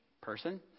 person